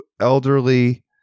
elderly